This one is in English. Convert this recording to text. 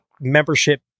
membership